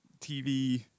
tv